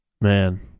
Man